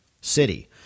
city